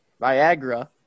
Viagra